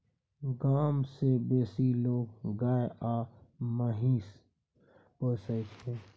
गाम मे बेसी लोक गाय आ महिष पोसय छै